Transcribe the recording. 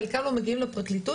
חלקם לא מגיעים לפרקליטות,